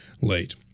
late